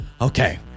Okay